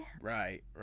right